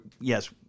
yes